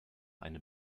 eine